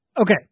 Okay